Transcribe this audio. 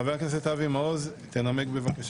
חבר הכנסת אבי מעוז, בבקשה.